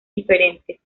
diferentes